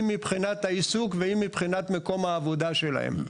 אם מבחינת העיסוק ואם מבחינת מקום העבודה שלהם.